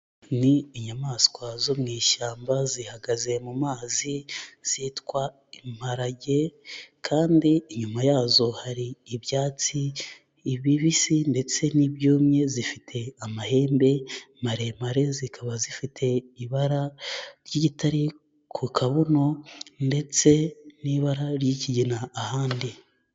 Ni inyamaswa zo mu ishyamba zihagaze mu mazi zitwa imparage kandi inyuma yazo hari ibyatsi bibisi ndetse n'ibyumye, zifite amahembe maremare zikaba zifite ibara ry'igitare ku kabuno ndetse n'ibara ry'ikigina ahandi.